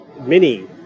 mini